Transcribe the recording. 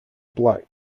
black